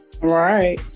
Right